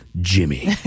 Jimmy